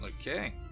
Okay